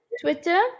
Twitter